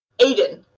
Aiden